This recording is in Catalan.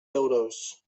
euros